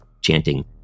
chanting